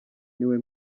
niwe